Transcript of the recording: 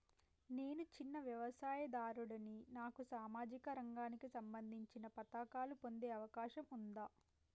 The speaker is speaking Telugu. నేను చిన్న వ్యవసాయదారుడిని నాకు సామాజిక రంగానికి సంబంధించిన పథకాలు పొందే అవకాశం ఉందా?